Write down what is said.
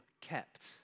kept